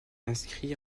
inscrits